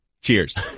Cheers